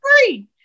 free